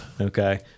Okay